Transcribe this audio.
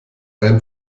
rein